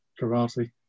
karate